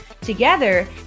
Together